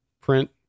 print